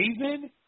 Raven